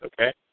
okay